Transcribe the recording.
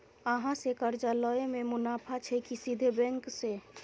अहाँ से कर्जा लय में मुनाफा छै की सीधे बैंक से?